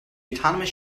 autonomous